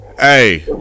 Hey